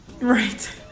Right